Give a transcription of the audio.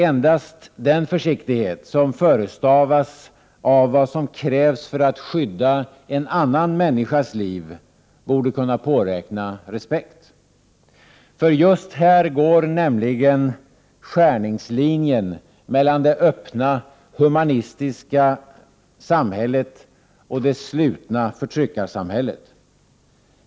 Endast den försiktighet som förestavas av vad som krävs för att skydda en annan människas liv borde kunna påräkna respekt. Just här går nämligen skärningslinjen mellan det öppna, humanistiska samhället och det slutna förtryckarsamhället.